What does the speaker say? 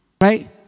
right